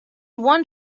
one